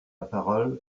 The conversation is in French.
parole